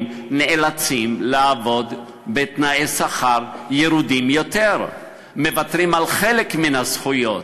נאלצים לעבוד בתנאי שכר ירודים יותר ומוותרים על חלק מן הזכויות.